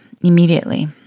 immediately